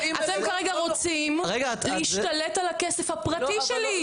אתם כרגע רוצים להשתלט על הכסף הפרטי שלי.